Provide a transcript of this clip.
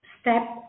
step